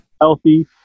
Healthy